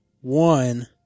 one